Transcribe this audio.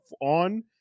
on